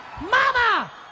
Mama